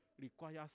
requires